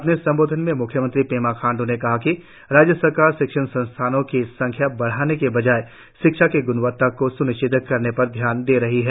अपने संबोधन में मुख्यमंत्री पेमा खांडू ने कहा कि राज्य सरकार शिक्षण संस्थानों की संख्या बढ़ाने के बजाय शिक्षा की ग्णवत्ता को स्निश्चित करने पर ध्यान दे रही है